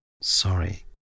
Sorry